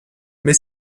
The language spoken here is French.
mais